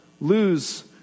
lose